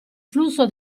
flusso